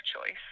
choice